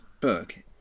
book